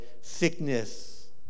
sickness